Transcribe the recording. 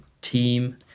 team